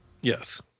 Yes